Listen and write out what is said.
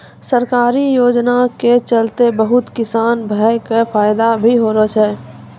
सरकारी योजना के चलतैं बहुत किसान भाय कॅ फायदा भी होलो छै